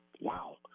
Wow